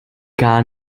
gar